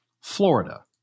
Florida